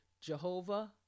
Jehovah